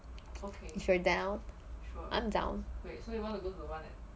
so if you are down I'm down